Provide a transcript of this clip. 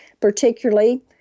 particularly